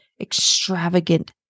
extravagant